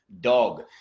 Dog